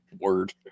word